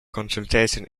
consultation